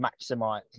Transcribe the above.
maximize